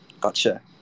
Gotcha